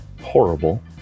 horrible